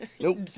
Nope